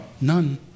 None